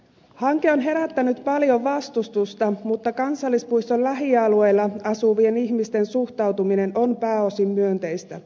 hanke on herättänyt paljon vastustusta mutta kansallispuiston lähialueilla asuvien ihmisten suhtautuminen on pääosin myönteistä